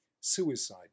Suicide